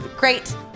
great